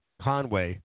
Conway